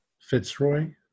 Fitzroy